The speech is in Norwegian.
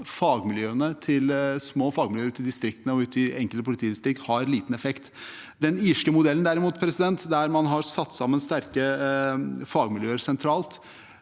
fagmiljøene til små fagmiljøer ute i distriktene og ute i enkelte politidistrikter har liten effekt. Den irske modellen, derimot, der man har satt sammen sterke fagmiljøer sentralt,